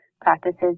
practices